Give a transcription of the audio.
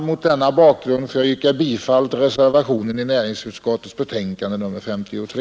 Mot denna bakgrund får jag yrka bifall till den reservation som är fogad till näringsutskottets betänkande nr 53.